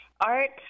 Art